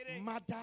mother